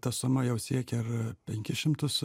ta suma jau siekia ir penkis šimtus